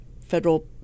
federal